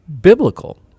biblical